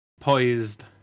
Poised